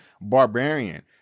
barbarian